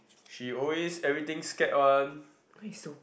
she always everything scared one